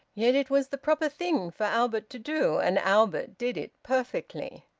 yet it was the proper thing for albert to do, and albert did it perfectly,